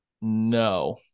No